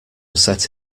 set